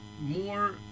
more